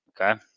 okay